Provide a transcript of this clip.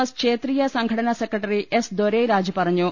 S ക്ഷേത്രീയ സംഘടനാ secretary S Dorairaj പറഞ്ഞു